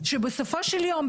שבסופו של יום,